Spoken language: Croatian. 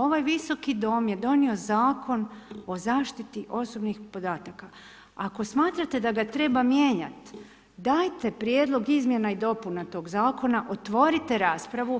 Ovaj Visoki dom je donio Zakon o zaštiti osobnih podataka, ako smatrate da ga treba mijenjati, dajete prijedlog izmjena i dopuna tog zakona, otvorite raspravu,